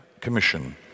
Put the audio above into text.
commission